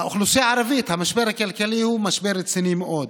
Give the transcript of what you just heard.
באוכלוסייה הערבית המשבר הכלכלי הוא משבר רציני מאוד.